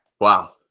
Wow